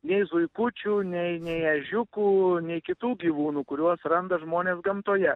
nei zuikučių nei nei ežiukų nei kitų gyvūnų kuriuos randa žmonės gamtoje